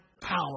power